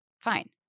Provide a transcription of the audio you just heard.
Fine